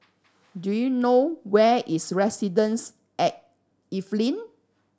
do you know where is Residences at Evelyn